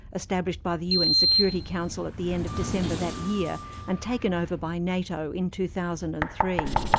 established by the un security council at the end of december that year and taken over by nato in two thousand and three.